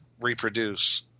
reproduce